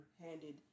handed